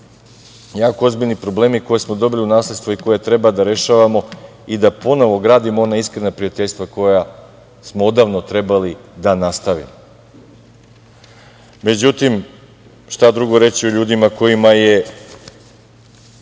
jako ozbiljni problemi koje smo dobili u nasledstvo i koje treba da rešavamo i da ponovo gradimo ona iskrena prijateljstva koja smo odavno trebali da nastavimo.Međutim, šta drugo reći o ljudima kojima je…